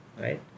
right